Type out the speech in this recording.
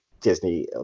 Disney